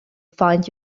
find